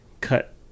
cut